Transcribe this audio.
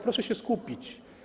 Proszę się skupić.